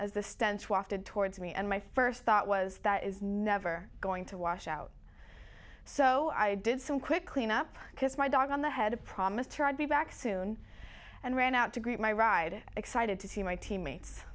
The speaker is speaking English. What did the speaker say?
as the stench wafted towards me and my first thought was that is never going to wash out so i did some quick cleanup kissed my dog on the head of promised her i'd be back soon and ran out to greet my ride excited to see my teammates